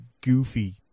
goofy